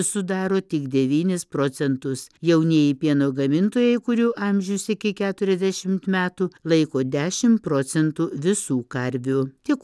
sudaro tik devynis procentus jaunieji pieno gamintojai kurių amžius iki keturiasdešimt metų laiko dešim procentų visų karvių tiek